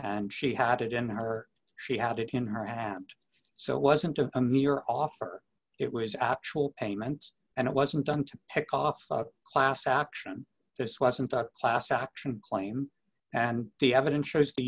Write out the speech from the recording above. and she had it in her she had it in her hat so it wasn't a mere offer it was actual payment and it wasn't done to pick off class action this wasn't a class action claim and the evidence shows the